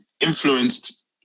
influenced